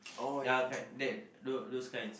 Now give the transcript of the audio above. ya correct that those those kinds